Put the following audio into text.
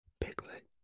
Piglet